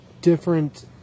different